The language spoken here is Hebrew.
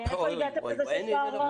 איך הגעת לזה שיש פער ענק?